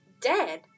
dead